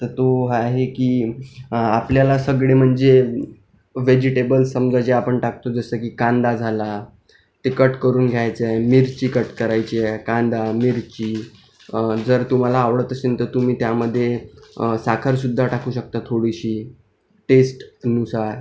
तर तो हा आहे की आपल्याला सगळे म्हणजे व्हेजिटेबल समजा जे आपण टाकतो जसं की कांदा झाला ते कट करून घ्यायचं आहे मिरची कट करायची आहे कांदा मिरची जर तुम्हाला आवडत असेन तर तुम्ही त्यामध्ये साखरसुद्धा टाकू शकता थोडीशी टेस्टनुसार